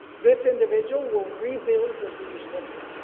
this individual will rebuild the jewish temple.